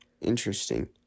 Interesting